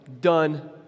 Done